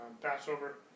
Passover